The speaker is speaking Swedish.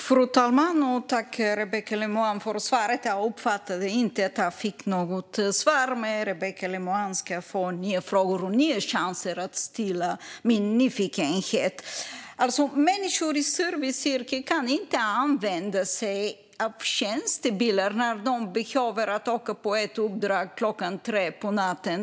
Fru talman! Jag vill tacka Rebecka Le Moine. Jag uppfattade inte att jag fick något svar. Men Rebecka Le Moine ska få nya frågor och nya chanser att stilla min nyfikenhet. Människor i serviceyrken kan inte använda sig av tjänstebilar när de behöver åka ut på uppdrag klockan tre på natten.